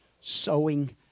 Sowing